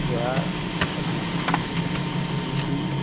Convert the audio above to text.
بہار Patna U پی